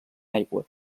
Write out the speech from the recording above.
aigua